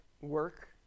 work